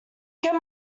can